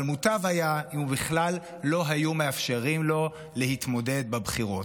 אבל מוטב היה אם בכלל לא היו מאפשרים לו להתמודד בבחירות.